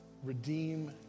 Redeem